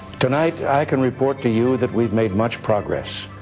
tonight i can report to you that we've made much progress.